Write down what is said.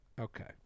Okay